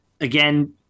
again